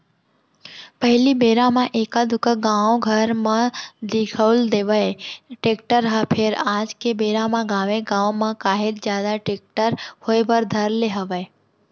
पहिली बेरा म एका दूका गाँव घर म दिखउल देवय टेक्टर ह फेर आज के बेरा म गाँवे गाँव म काहेच जादा टेक्टर होय बर धर ले हवय